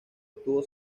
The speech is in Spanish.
estuvo